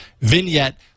Vignette